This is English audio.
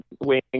wing